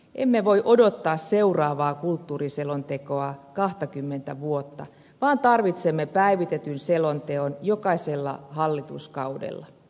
emme voi odottaa seuraavaa kulttuuriselontekoa kahtakymmentä vuotta vaan tarvitsemme päivitetyn selonteon jokaisella hallituskaudella